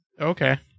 Okay